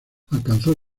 alcanzó